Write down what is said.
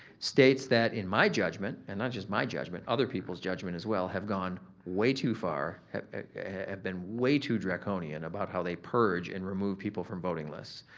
states that in my judgment and not just my judgment, other people's judgment as well, have gone way too far, have have been way too draconian about how they purge and remove people from voting lists.